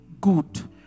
good